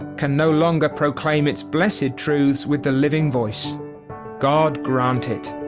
can no longer proclaim its blessed truths with the living voice god grant it.